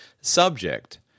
subject